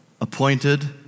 appointed